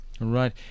Right